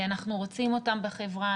אנחנו רוצים אותם בחברה.